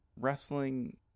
wrestling